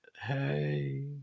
Hey